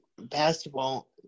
basketball